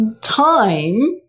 time